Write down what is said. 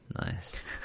nice